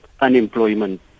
unemployment